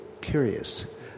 curious